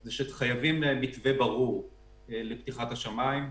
זה שחייבים מתווה ברור לפתיחת השמיים.